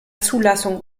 zulassung